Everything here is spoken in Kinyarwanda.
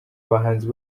abahanzi